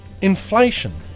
inflation